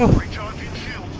recharging heel